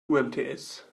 umts